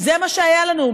זה מה שהיה לנו.